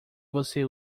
você